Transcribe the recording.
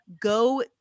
go